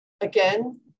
Again